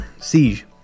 siege